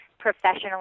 professionally